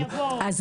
אבל